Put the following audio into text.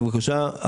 בבקשה,